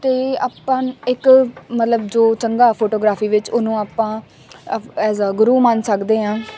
ਅਤੇ ਆਪਾਂ ਇੱਕ ਮਤਲਬ ਜੋ ਚੰਗਾ ਫੋਟੋਗ੍ਰਾਫੀ ਵਿੱਚ ਉਹਨੂੰ ਆਪਾਂ ਅਪ ਐਜ ਆ ਗੁਰੂ ਮੰਨ ਸਕਦੇ ਹਾਂ